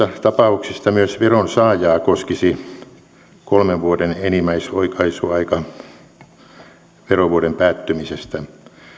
tapauksista myös veronsaajaa koskisi kolmen vuoden enimmäisoikaisuaika verovuoden päättymisestä